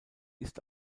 ist